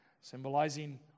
Symbolizing